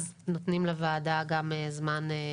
אז נותנים לוועדה גם זמן,